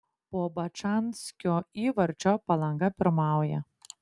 po bačanskio įvarčio palanga pirmauja